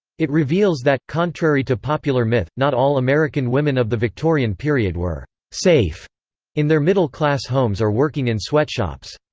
it reveals that, contrary to popular myth, not all american women of the victorian period were safe in their middle-class homes or working in sweatshops.